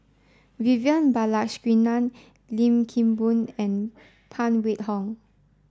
Vivian Balakrishnan Lim Kim Boon and Phan Wait Hong